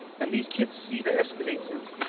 and these kids see the escalators.